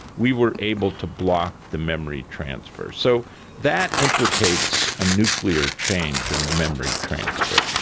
we were able to block the memory transfer. so that implicates a nuclear change in the memory transfer.